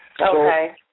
Okay